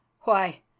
Why